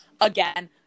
again